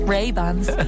Ray-Bans